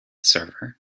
server